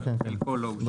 חלקו לא אושר.